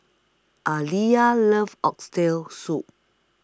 Aaliyah loves Oxtail Soup